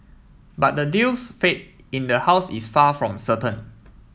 but the deal's fate in the house is far from certain